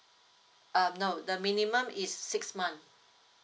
um no the minimum is six months